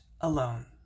Alone